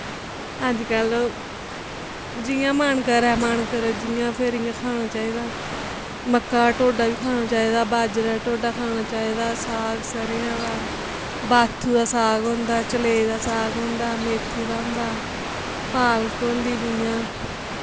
अजकल्ल जियां मन करैं मन करै जिआं फिर इ'यां खाना चाहिदा मक्का दा टोडा बी खाना चाहिदा बाजरे दा टोडा खाना चाहिदा साग सरेआं दा बात्थू दा साग होंदा चलेरी दा साग होंदा मेत्थी होंदा पालक होंदी जियां